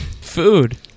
food